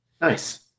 Nice